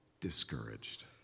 discouraged